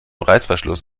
reißverschluss